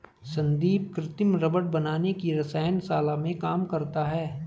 संदीप कृत्रिम रबड़ बनाने की रसायन शाला में काम करता है